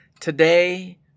today